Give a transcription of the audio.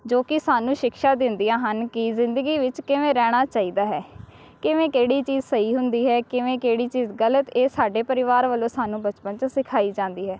ਜੋ ਕਿ ਸਾਨੂੰ ਸ਼ਿਕਸ਼ਾ ਦਿੰਦੀਆਂ ਹਨ ਕਿ ਜ਼ਿੰਦਗੀ ਵਿੱਚ ਕਿਵੇਂ ਰਹਿਣਾ ਚਾਹੀਦਾ ਹੈ ਕਿਵੇਂ ਕਿਹੜੀ ਚੀਜ਼ ਸਹੀ ਹੁੰਦੀ ਹੈ ਕਿਵੇਂ ਕਿਹੜੀ ਚੀਜ਼ ਗਲਤ ਇਹ ਸਾਡੇ ਪਰਿਵਾਰ ਵੱਲੋਂ ਸਾਨੂੰ ਬਚਪਨ 'ਚ ਸਿਖਾਈ ਜਾਂਦੀ ਹੈ